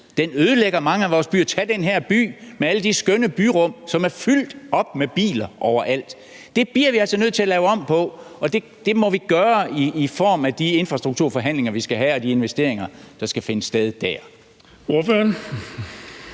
den ødelægger mange af vores byer. Tag den her by med alle de skønne byrum, som er fyldt op med biler overalt. Det bliver vi altså nødt til at lave om på, og det må vi gøre i de infrastrukturforhandlinger, vi skal have, og med de investeringer, der skal aftales der. Kl.